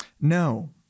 no